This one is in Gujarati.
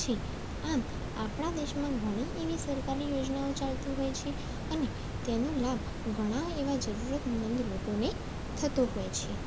આમ આપણા દેશમાં ઘણી એવી સરકારની યોજનાઓ ચાલતી હોય છે અને તેનો લાભ ઘણા એવા જરૂરતમંદ લોકોને થતો હોય છે